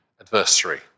adversary